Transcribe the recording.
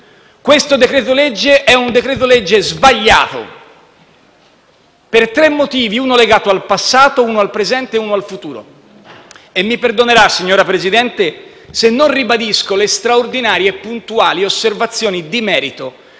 questo decreto-legge è sbagliato per tre motivi, uno legato al passato, uno al presente e uno al futuro. Mi perdonerà, signor Presidente, se non ribadisco le straordinarie e puntuali osservazioni di merito